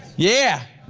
yeah.